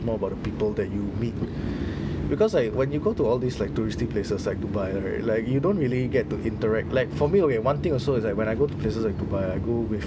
more about the people that you meet because like when you go to all these like touristy places like dubai right like you don't really get to interact like for me okay one thing also is like when I go to places like dubai I go with